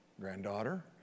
granddaughter